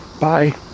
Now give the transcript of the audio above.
bye